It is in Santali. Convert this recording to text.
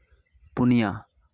ᱯᱩᱱᱭᱟᱹ